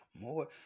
more